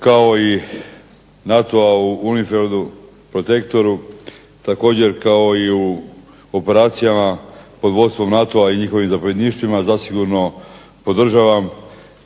kao i NATO-a u "UNIFIED PROTECTORU" također kao i u operacijama pod vodstvom NATO-a i njihovim zapovjedništvima zasigurno podržavam